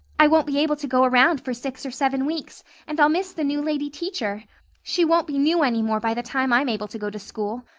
i won't be able to go around for six or seven weeks and i'll miss the new lady teacher she won't be new any more by the time i'm able to go to school.